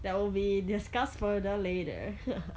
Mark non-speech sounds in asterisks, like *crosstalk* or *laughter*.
that will be discussed further later *laughs*